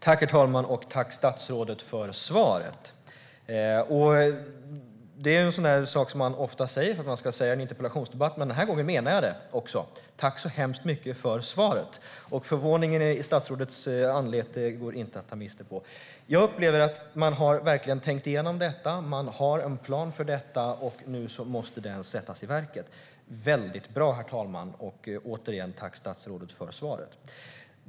Herr talman! Tack, statsrådet, för svaret! Det är en sak som man ofta säger för att man ska säga det i en interpellationsdebatt, men den är gången menar jag det också. Tack så hemskt mycket för svaret! Och förvåningen i statsrådets anlete går inte att ta miste på. Jag upplever att man verkligen har tänkt igenom detta. Man har en plan för detta, och nu måste den sättas i verket. Det är väldigt bra, herr talman. Återigen: Tack, statsrådet för svaret!